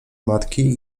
matki